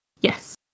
yes